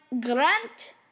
Grant